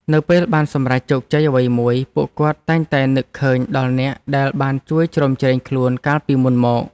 នៅពេលបានសម្រេចជោគជ័យអ្វីមួយ ពួកគាត់តែងតែនឹកឃើញដល់អ្នកដែលបានជួយជ្រោមជ្រែងខ្លួនកាលពីមុនមក។